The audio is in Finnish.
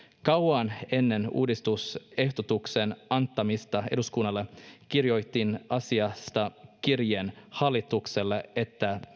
kauan ennen uudistusehdotuksen antamista eduskunnalle kirjoitin asiasta kirjeen hallitukselle että